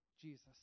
Jesus